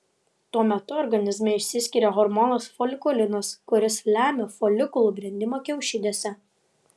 tuo metu organizme išsiskiria hormonas folikulinas kuris lemia folikulų brendimą kiaušidėse